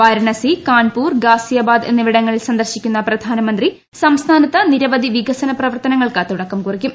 വാരാണസി കാൺപൂർ ഗാസിയാബാദ് എന്നിവിടങ്ങൾ സന്ദർശിക്കുന്ന പ്രധാനമന്ത്രി സംസ്ഥാനത്ത് നിരവധി വികസന പ്രവർത്തനങ്ങൾക്ക് തുടക്കം കുറിക്കും